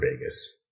Vegas